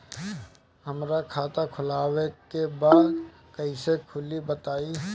हमरा खाता खोलवावे के बा कइसे खुली बताईं?